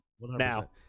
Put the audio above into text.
now